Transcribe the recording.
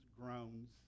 groans